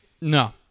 No